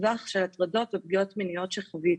לטווח של הטרדות ופגיעות מיניות שחוויתי.